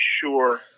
sure